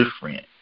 different